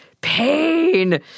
pain